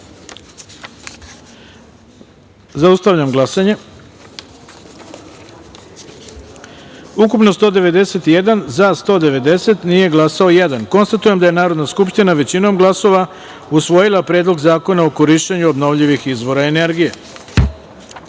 taster. Zaustavljam glasanje: ukupno – 191, za – 190, nije glasao - jedan. Konstatujem da je Narodna skupština većinom glasova usvojila Predlog zakona o korišćenju obnovljivih izvora energije. Treća